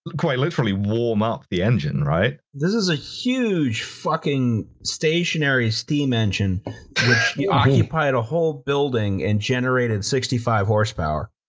quite literally warm up the engine, right? justin this is a huge fucking stationary steam engine, which yeah occupied a whole building and generated sixty five horsepower.